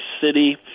city